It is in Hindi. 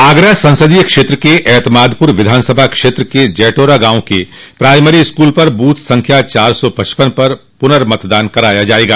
आगरा संसदीय क्षेत्र के एत्मादपुर विधानसभा क्षेत्र के जेटौरा गांव के प्राइमरी स्कूल पर बूथ संख्या चार सौ पचपन पर पुनमतदान कराया जायेगा